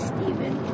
Steven